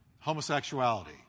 homosexuality